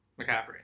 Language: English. McCaffrey